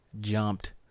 jumped